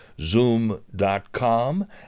zoom.com